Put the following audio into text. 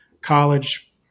college